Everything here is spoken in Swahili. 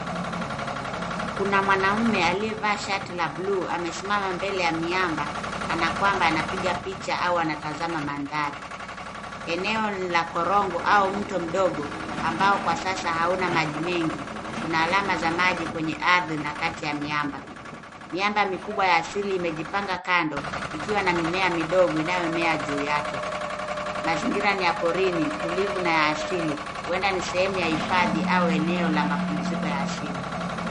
Kuna mwanaume aliyevaa shati la blue amesimama mbele ya miamba kana kwamba anapiga picha au anatazama mandhari. Eneo la korongo au mto mdogo ambao kwa sasa hauna maji mengi, kuna alama za maji kwenye ardhi na kati ya miamba. Miamba mikubwa ya asili imejipanga kando ikiwa na mimea midogo inayomea juu yake. Mazingira ni ya porini, tulivu na ya asili. Huenda ni sehemu ya hifadhi au eneo la mapumziko ya asili.